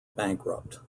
bankrupt